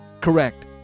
correct